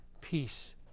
peace